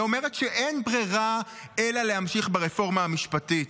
ואומרת שאין ברירה אלא להמשיך ברפורמה המשפטית.